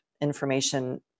information